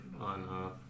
on